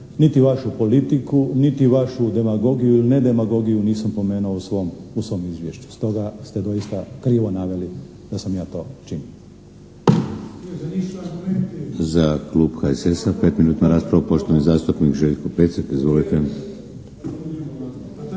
niti vašu politiku niti vašu demagogiju ili ne demagogiju nisam pomenuo u svom izvješću, stoga ste doista krivo naveli da sam ja to činio.